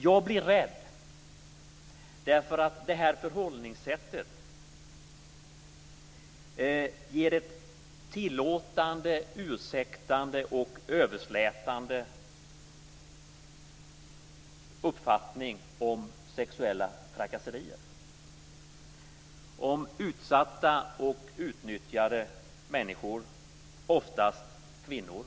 Jag blir rädd därför att det här förhållningssättet ger uttryck för en tillåtande, ursäktande och överslätande uppfattning om sexuella trakasserier och i förhållande till utsatta och utnyttjade människor, oftast kvinnor.